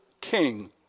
King